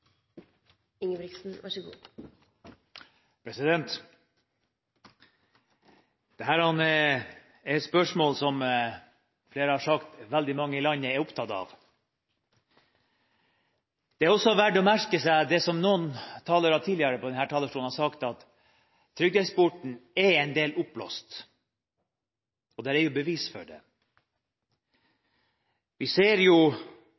spørsmål som veldig mange land er opptatt av. Det er også verdt å merke seg det som noen talere tidligere har sagt fra denne talerstolen, at trygdeeksporten er litt oppblåst – og det er jo bevis for det. Vi ser